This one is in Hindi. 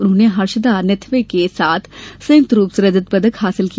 उन्होंने हर्षदा निथवे के साथ संयुक्त रूप से रजत पदक हासिल किया